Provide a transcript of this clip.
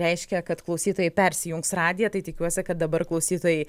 reiškia kad klausytojai persijungs radiją tai tikiuosi kad dabar klausytojai